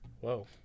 Whoa